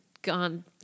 Gone